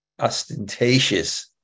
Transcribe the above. ostentatious